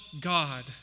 God